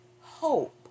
hope